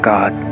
God